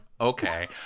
okay